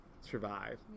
survive